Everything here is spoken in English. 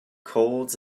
colds